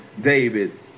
David